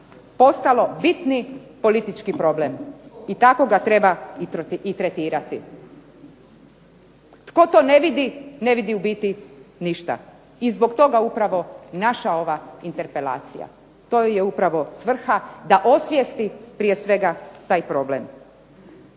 postalo bitni politički problem i tako ga treba i tretirati. Tko to ne vidi ne vidi u biti ništa i zbog toga upravo i naša ova interpelacija. To joj je upravo svrha da osvijesti prije svega taj problem.